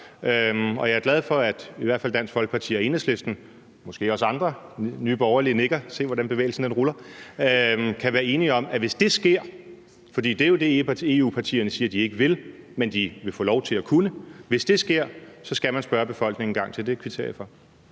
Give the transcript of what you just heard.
Jeg er glad for, at i hvert fald Dansk Folkeparti og Enhedslisten og måske også andre – Nye Borgerlige nikker; se, hvordan bevægelsen ruller – kan være enige om, at hvis det sker, for det er jo det, EU-partierne siger de ikke vil, men som de vil få lov til at kunne, så skal man spørge befolkningen en gang til. Det kvitterer jeg for.